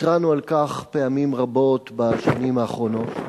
התרענו על כך פעמים רבות בשנים האחרונות,